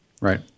Right